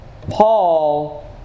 Paul